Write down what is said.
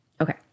Okay